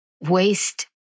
waste